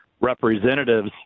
representatives